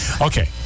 Okay